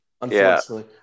Unfortunately